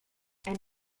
and